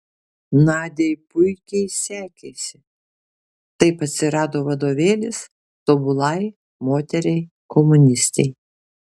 nadiai puikiai sekėsi taip atsirado vadovėlis tobulai moteriai komunistei